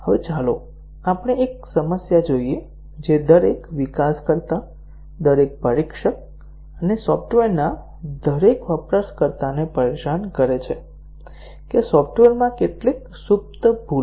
હવે ચાલો આપણે એક સમસ્યા જોઈએ જે દરેક વિકાસકર્તા દરેક પરીક્ષક અને સોફ્ટવેરના દરેક વપરાશકર્તાને પરેશાન કરે છે કે સોફ્ટવેરમાં કેટલી સુપ્ત ભૂલો છે